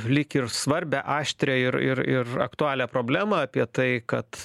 lyg ir svarbią aštrią ir ir ir aktualią problemą apie tai kad